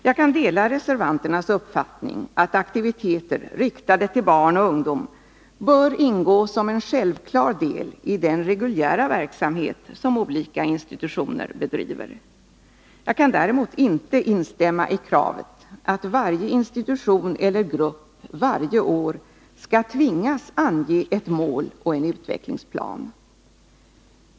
Jag kan dela reservanternas uppfattning att aktiviteter riktade till barn och ungdom bör ingå som en självklar del i den reguljära verksamhet som olika institutioner bedriver. Jag kan däremot inte instämma i kravet att varje institution eller grupp varje år skall tvingas ange ett mål och en utvecklingsplan.